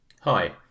Hi